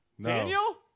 Daniel